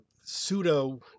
pseudo